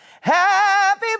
happy